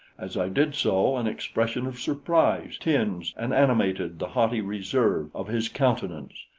as i did so, an expression of surprise tinged and animated the haughty reserve of his countenance.